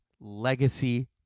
legacy